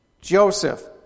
Joseph